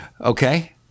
Okay